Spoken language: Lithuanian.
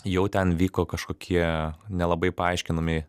jau ten vyko kažkokie nelabai paaiškinami